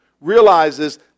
realizes